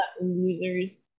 losers